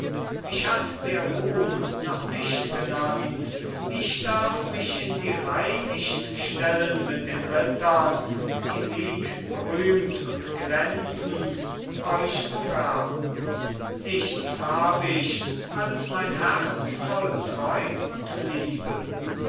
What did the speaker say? mich hat der ruhm noch nicht genannt ich darf mich in die reih nicht stellen mit den rittern die siegberühmt und glänzend euch umwerben nichts hab ich als mein herz voll treu und liebe